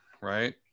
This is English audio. Right